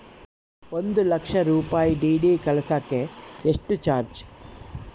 ಒಂದು ಲಕ್ಷ ರೂಪಾಯಿ ಡಿ.ಡಿ ಕಳಸಾಕ ಎಷ್ಟು ಚಾರ್ಜ್?